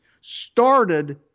started